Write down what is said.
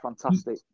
fantastic